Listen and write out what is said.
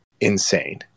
insane